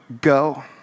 go